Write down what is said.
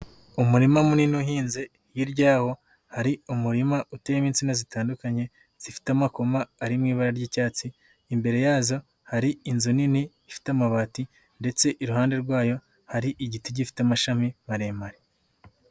Umurima munini uhinze hirya yawo hari umurima uteye insina zitandukanye zifite amakoma ari mu ibara ry'icyatsi, imbere yazo hari inzu nini ifite amabati ndetse iruhande rwayo hari igiti gifite amashami maremare.